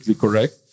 correct